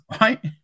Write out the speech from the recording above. Right